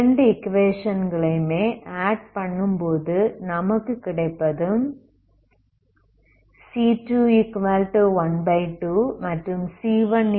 இரண்டு ஈக்குவேஷன்களையும் ஆட் பண்ணும்போது நமக்கு கிடைப்பது c212 மற்றும் c11